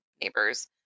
neighbors